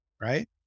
right